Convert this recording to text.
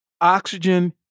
oxygen